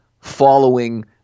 following